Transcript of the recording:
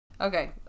Okay